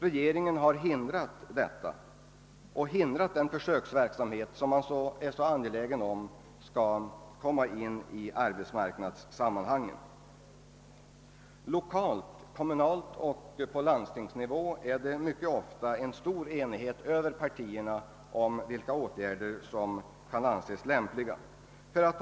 Regeringen har hindrat detta och även hindrat den försöksverksamhet som man annars är så angelägen om i arbetsmarknadssammanhang. Lokalt, kommunalt och på landstingsnivå råder ofta mycket stor enighet över partierna om vilka åtgärder som kan anses lämpliga.